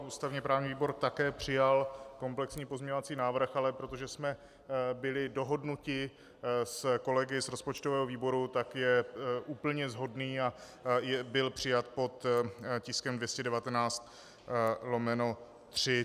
Ústavněprávní výbor také přijal komplexní pozměňovací návrh, ale protože jsme byli dohodnuti s kolegy z rozpočtového výboru, tak je úplně shodný a byl přijat pod tiskem 219/3.